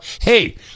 Hey